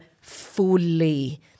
fully